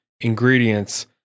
ingredients